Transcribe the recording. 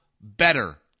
better